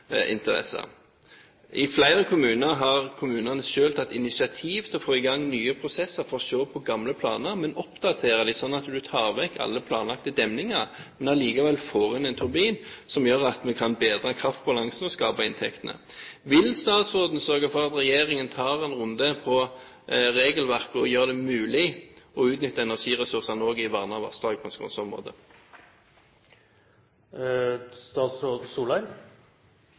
I flere kommuner har kommunene selv tatt initiativ til å få i gang nye prosesser for å se på gamle planer og oppdatere dem, slik at man tar vekk alle planlagte demninger, men allikevel får inn en turbin som gjør at man kan bedre kraftbalansen og skape inntektene. Vil statsråden sørge for at regjeringen tar en runde på regelverket og gjør det mulig å utnytte energiressursene også i vernede vassdrag på